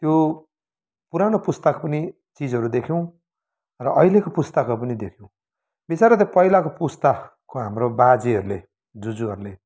त्यो पुरानो पुस्ताको पनि चिजहरू देख्यौँ र अहिलेका पुस्ताको पनि देख्यौँ बिचरा त्यो पहिलाको पुस्ताको हाम्रो बाजेहरूले जुजूहरोले